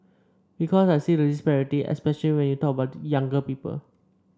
because I see the disparity especially when you talk about younger people